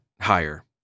higher